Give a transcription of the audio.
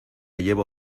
llevo